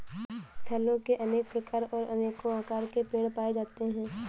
फलों के अनेक प्रकार और अनेको आकार के पेड़ पाए जाते है